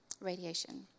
radiation